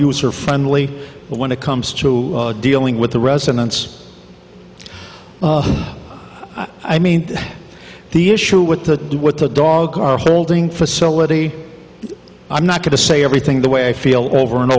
user friendly when it comes to dealing with the residents i mean the issue with the with the dog are holding facility i'm not going to say everything the way i feel over and